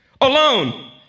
alone